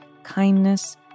kindness